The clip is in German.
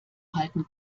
halten